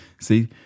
See